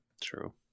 True